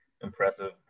impressive